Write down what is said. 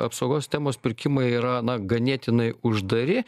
apsaugos temos pirkimai yra na ganėtinai uždari